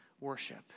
worship